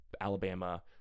Alabama